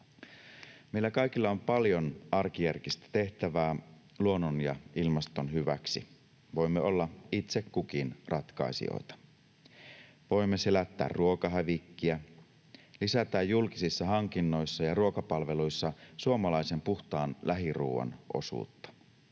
Meillä kaikilla on paljon arkijärkistä tehtävää luonnon ja ilmaston hyväksi. Voimme olla itse kukin ratkaisijoita. Voimme selättää ruokahävikkiä sekä lisätä julkisissa hankinnoissa ja ruokapalveluissa suomalaisen puhtaan lähiruoan osuutta.